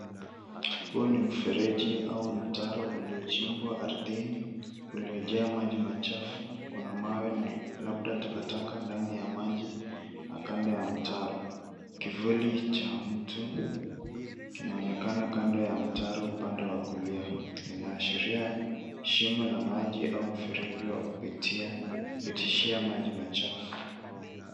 Huu ni mfereji au mtaro uliochimbwa ardhini uliojaa maji machafu. Kuna mawe na labda takataka ndani ya maji na kando ya mtaro. Kivuli cha mtu kinaonekana kando ya mtaro upande wa kulia. Inaashiria shimo la maji au mfereji wa kupitishia maji machafu.